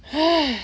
!hais!